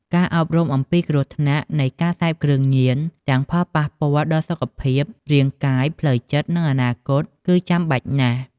ការអប់រំអំពីគ្រោះថ្នាក់នៃការសេពគ្រឿងញៀន ទាំងផលប៉ះពាល់ដល់សុខភាព រាងកាយ ផ្លូវចិត្ត និងអនាគត គឺចាំបាច់ណាស់។